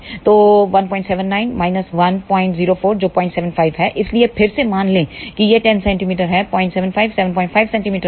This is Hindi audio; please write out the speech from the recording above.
तो 179 104 जो 075 है इसलिए फिर से मान लें कि यह 10 cm है 075 75 cm होगा